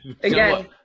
again